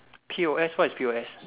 P_O_S what is P_O_S